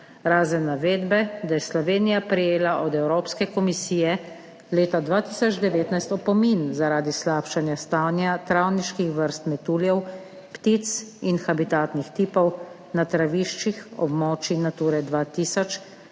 razen navedbe, da je Slovenija prejela od Evropske komisije leta 2019 opomin zaradi slabšanja stanja travniških vrst, metuljev, ptic in habitatnih tipov na traviščih območij Nature 2000,